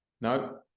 No